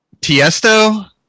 Tiesto